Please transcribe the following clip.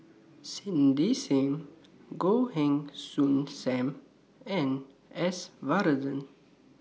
Cindy SIM Goh Heng Soon SAM and S Varathan